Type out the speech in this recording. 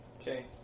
Okay